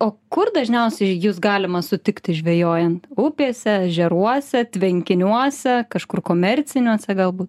o kur dažniausiai jus galima sutikti žvejojant upėse ežeruose tvenkiniuose kažkur komerciniuose galbūt